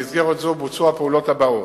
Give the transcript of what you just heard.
במסגרת זו בוצעו הפעולות הבאות: